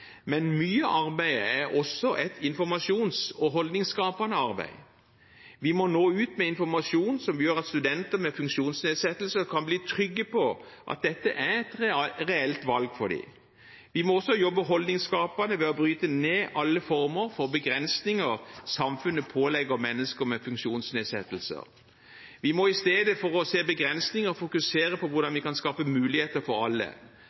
men mye av arbeidet er også et informasjons- og holdningsskapende arbeid. Vi må nå ut med informasjon som gjør at studenter med funksjonsnedsettelser kan bli trygge på at dette er et reelt valg for dem. Vi må også jobbe holdningsskapende ved å bryte ned alle former for begrensninger samfunnet pålegger mennesker med funksjonsnedsettelser. Vi må i stedet for å se begrensninger fokusere på hvordan vi kan skape muligheter for alle.